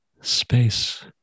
space